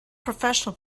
professional